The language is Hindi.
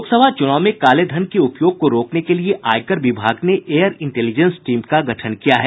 लोकसभा चुनाव में काले धन के उपयोग को रोकने के लिए आयकर विभाग ने एयर इंटेलिजेंस टीम का गठन किया है